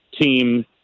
team